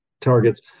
targets